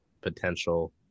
potential